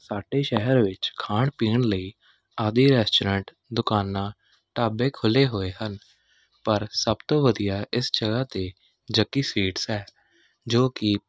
ਸਾਡੇ ਸ਼ਹਿਰ ਵਿੱਚ ਖਾਣ ਪੀਣ ਲਈ ਆਦੀ ਰੈਸਟੋਰੈਂਟ ਦੁਕਾਨਾਂ ਢਾਬੇ ਖੁੱਲ੍ਹੇ ਹੋਏ ਹਨ ਪਰ ਸਭ ਤੋਂ ਵਧੀਆ ਇਸ ਜਗ੍ਹਾ 'ਤੇ ਜੱਗੀ ਸਵੀਟਸ ਹੈ ਜੋ ਕਿ